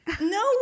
no